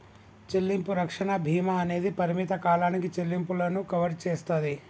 చెల్లింపు రక్షణ భీమా అనేది పరిమిత కాలానికి చెల్లింపులను కవర్ చేస్తాది